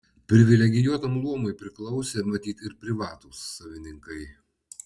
privilegijuotam luomui priklausė matyt ir privatūs savininkai